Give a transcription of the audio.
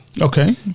Okay